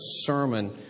sermon